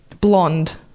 Blonde